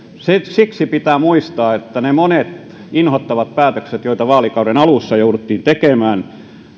siksi pitää muistaa että ne monet inhottavat päätökset joita vaalikauden alussa jouduttiin tekemään